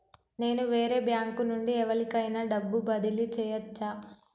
నేను వేరే బ్యాంకు నుండి ఎవలికైనా డబ్బు బదిలీ చేయచ్చా?